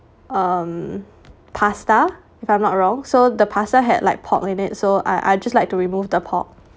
um pasta if I'm not wrong so the pasta had like pork in it so I I just like to remove the pork